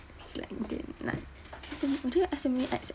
slack again like as in 我觉得 S_M_U_X